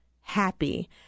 happy